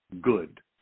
good